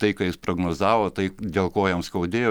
tai ką jis prognozavo tai dėl ko jam skaudėjo